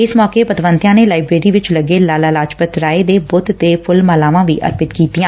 ਇਸ ਮੌਕੇ ਪਤਵੰਤਿਆਂ ਨੇ ਲਾਇਬਰੇਰੀ ਵਿਚ ਲੱਗੇ ਲਾਲਾ ਲਾਜਪਤ ਰਾਏ ਦੇ ਬੁੱਤ ਤੇ ਫੁੱਲ ਮਾਲਾਵਾਂ ਵੀ ਅਰਪਿਤ ਕੀਤੀਆਂ